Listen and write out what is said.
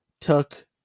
took